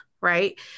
right